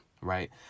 right